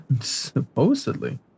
Supposedly